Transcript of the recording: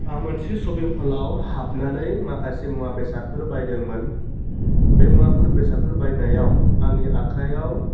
आं मोनसे सपिं हलाव हाबनानै माखासे मुवा बेसादफोर बायदोंमोन बे मुवाफोर बेसादफोर बायनायाव आंनि आखायाव